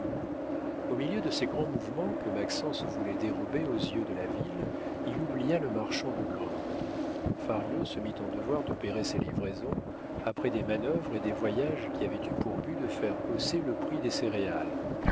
au milieu de ces grands mouvements que maxence voulait dérober aux yeux de la ville il oublia le marchand de grains fario se mit en devoir d'opérer ses livraisons après des manœuvres et des voyages qui avaient eu pour but de faire hausser le prix des céréales